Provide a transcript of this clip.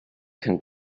can